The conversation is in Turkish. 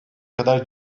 kadar